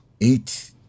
eight